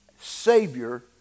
Savior